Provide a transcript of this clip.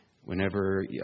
Whenever